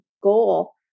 goal